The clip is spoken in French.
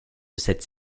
cette